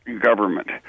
government